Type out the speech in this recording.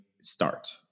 start